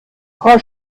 frau